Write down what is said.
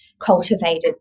cultivated